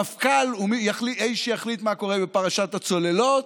המפכ"ל הוא האיש שיחליט מה קורה בפרשת הצוללות.